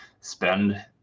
spend